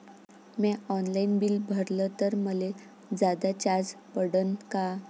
म्या online bill भरलं तर मले जादा चार्ज पडन का?